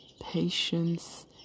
patience